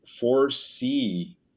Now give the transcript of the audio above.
foresee